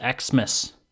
xmas